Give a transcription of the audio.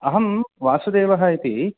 अहं वासुदेवः इति